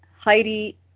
Heidi